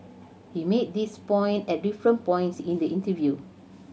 he made this point at different points in the interview